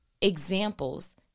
examples